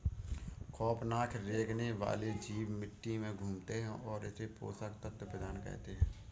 खौफनाक रेंगने वाले जीव मिट्टी में घूमते है और इसे पोषक तत्व प्रदान करते है